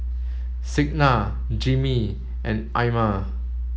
Signa Jimmie and Ima